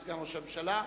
לסגן ראש הממשלה,